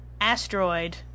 asteroid